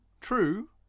True